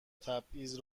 تبعیض